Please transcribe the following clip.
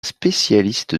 spécialiste